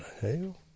hell